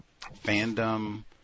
fandom